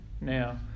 Now